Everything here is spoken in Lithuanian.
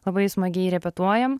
labai smagiai repetuojam